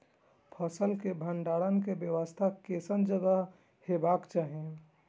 फसल के भंडारण के व्यवस्था केसन जगह हेबाक चाही?